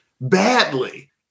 badly